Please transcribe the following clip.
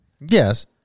Yes